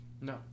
No